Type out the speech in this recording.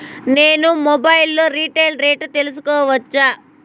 నేను మొబైల్ లో రీటైల్ రేట్లు తెలుసుకోవచ్చా?